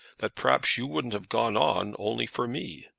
that perhaps you wouldn't have gone on, only for me.